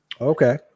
Okay